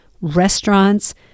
restaurants